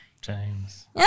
James